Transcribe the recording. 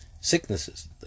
Sicknesses